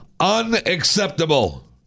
Unacceptable